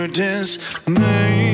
dismay